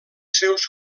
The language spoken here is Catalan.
seus